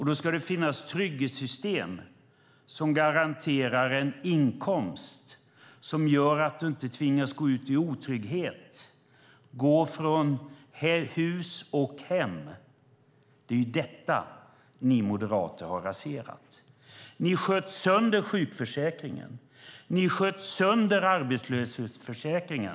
Då ska det finnas trygghetssystem som garanterar en inkomst som gör att du inte tvingas gå ut i otrygghet och gå från hus och hem. Det är detta ni moderater har raserat. Ni sköt sönder sjukförsäkringen. Ni sköt sönder arbetslöshetsförsäkringen.